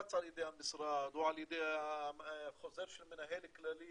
שמופץ על ידי המשרד או על ידי חוזר מנהל כללי